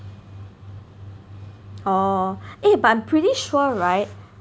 orh eh but I'm pretty sure right